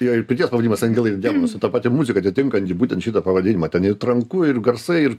jo ir pirties pavadinimas angelai vėl mūsų ta pati muzika atitinkanti būtent šitą pavadinimą ten ir tranku ir garsai ir